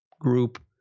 group